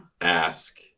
ask